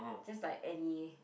just like any kind